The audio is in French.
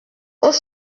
aux